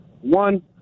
One